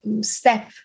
step